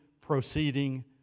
proceeding